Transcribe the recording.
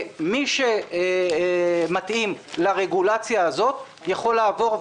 מי שמתאים לרגולציה הזאת יכול לעבור.